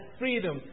freedom